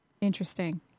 interesting